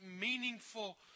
meaningful